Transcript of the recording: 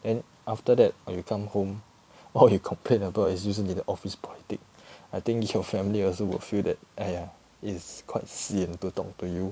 then after that when you come home what you complain about is 又是你的 office politic I think your family also would feel that !aiya! is quite sian to talk to you